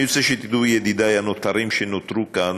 אני רוצה שתדעו, ידידיי הנותרים שנותרו כאן